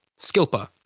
Skilpa